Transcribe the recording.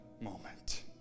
moment